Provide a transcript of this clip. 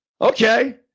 Okay